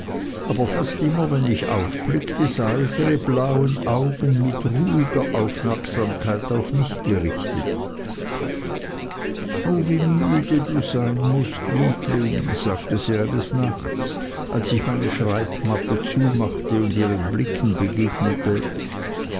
aber fast immer wenn ich aufblickte sah ich ihre blauen augen mit ruhiger aufmerksamkeit auf mich gerichtet o wie müde du sein mußt liebling sagte sie eines nachts als ich meine schreibmappe zumachte und ihren blicken begegnete